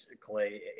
Clay